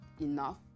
enough